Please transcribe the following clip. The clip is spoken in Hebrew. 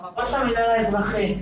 ראש המינהל האזרחי.